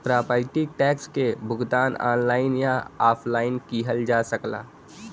property tax क भुगतान online या ऑफलाइन किहल जा सकला